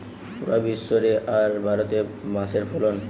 পুরা বিশ্ব রে আর ভারতে বাঁশের ফলন